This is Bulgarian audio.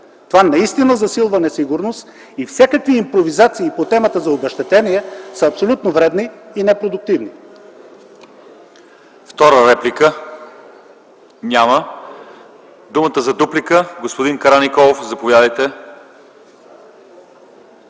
и наистина засилва несигурността. Всякакви импровизации по темата за обезщетенията са абсолютно вредни и непродуктивни.